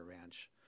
ranch